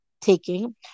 taking